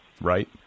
right